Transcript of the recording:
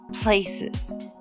places